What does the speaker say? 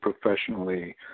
professionally